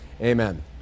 amen